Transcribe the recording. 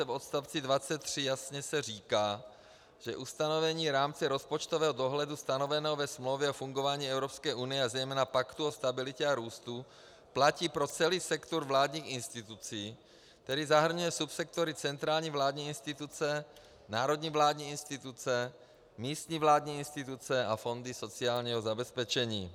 V odstavci 23 se jasně říká, že ustanovení rámce rozpočtového dohledu stanoveného ve Smlouvě o fungování Evropské unie a zejména Paktu o stabilitě a růstu platí pro celý sektor vládních institucí, tedy zahrnuje subsektory centrální vládní instituce, národní vládní instituce, místní vládní instituce a fondy sociálního zabezpečení.